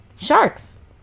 Sharks